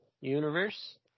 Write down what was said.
universe